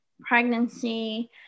pregnancy